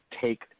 take